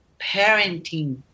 parenting